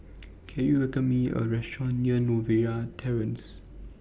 Can YOU recommend Me A Restaurant near Novena Terrace